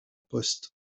poste